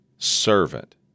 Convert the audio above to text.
Servant